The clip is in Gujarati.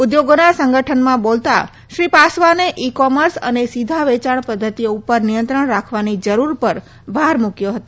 ઉદ્યોગોના સંગઠનમાં બોલતા શ્રી પાસવાને ઇ કોમર્સ અને સીધા વેચાણ પધ્ધતિઓ ઉપર નિયંત્રણ રાખવાની જરૂર પર ભાર મૂક્યો હતો